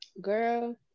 girl